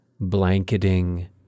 blanketing